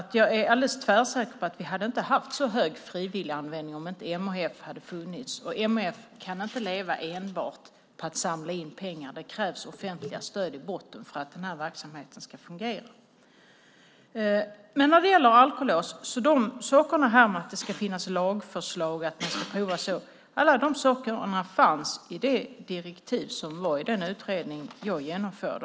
Jag är helt tvärsäker på att vi inte hade haft en så stor frivilliganvändning om inte MHF hade funnits, och MHF kan inte leva enbart på att samla in pengar. Det krävs offentliga stöd i botten för att denna verksamhet ska fungera. När det gäller alkolås och att det ska finnas lagförslag om att det ska provas så fanns alla dessa saker i direktivet till den utredning som jag genomförde.